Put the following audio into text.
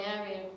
area